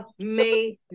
amazing